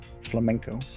Flamenco